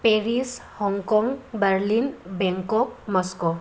Paris Hong Kong Berlin Bangkok Moscow